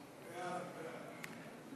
התעבורה (מס' 115) (מתן מידע בדבר